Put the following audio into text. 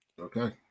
Okay